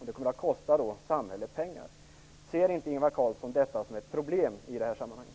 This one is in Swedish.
Det kommer att kosta samhället pengar. Ser inte Ingvar Carlsson detta som ett problem i sammanhanget?